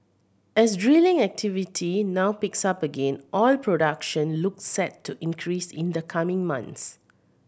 as drilling activity now picks up again oil production looks set to increase in the coming months